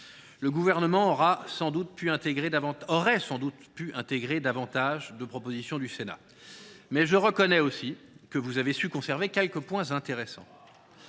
le Gouvernement aurait sans doute pu intégrer au texte définitif davantage de propositions du Sénat. Mais je reconnais aussi que vous avez su conserver quelques points intéressants.